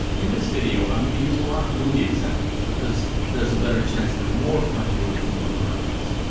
in this video, i'm going to use a lot of movie examples because there's a better chance that more of my viewers will know the reference.